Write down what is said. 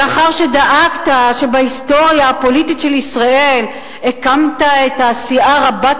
ואחר שדאגת שבהיסטוריה הפוליטית של ישראל הקמת את הסיעה רבת